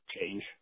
change